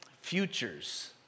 futures